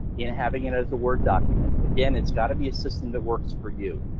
in having it as a word document. again, it's got to be a system that works for you.